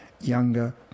younger